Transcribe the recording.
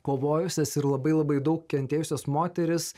kovojusias ir labai labai daug kentėjusias moteris